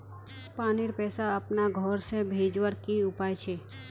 पानीर पैसा अपना घोर से भेजवार की उपाय छे?